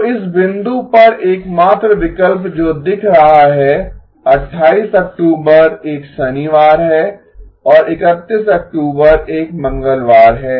तो इस बिंदु पर एकमात्र विकल्प जो दिख रहें हैं 28 अक्टूबर एक शनिवार है और 31 अक्टूबर एक मंगलवार है